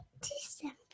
December